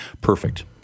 perfect